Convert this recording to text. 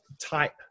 type